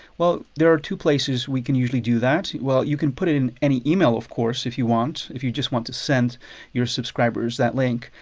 well, there are two places we can usually do that well, you can put it in any email of course if you want, if you just want to send your subscribers that link,